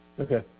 Okay